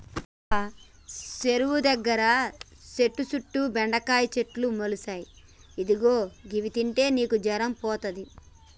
రంగా సెరువు దగ్గర సెట్టు సుట్టు బెండకాయల సెట్లు మొలిసాయి ఇదిగో గివి తింటే నీకు జరం పోతది